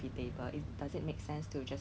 because you know why